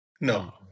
No